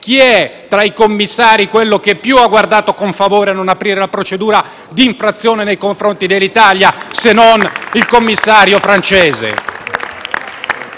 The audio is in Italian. Chi è tra i commissari quello che ha guardato con più favore a non aprire la procedura di infrazione nei confronti dell'Italia se non il commissario francese?